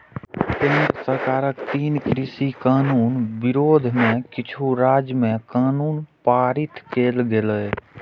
केंद्र सरकारक तीनू कृषि कानून विरोध मे किछु राज्य मे कानून पारित कैल गेलै